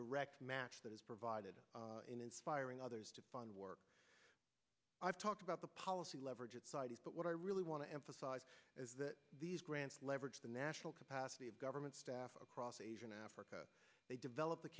direct match that is provided in inspiring others to fund work i've talked about the policy leverage but what i really want to emphasize is that these grants leverage the national capacity of government staff across asia in africa they develop the